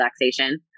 relaxation